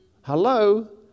Hello